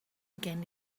gen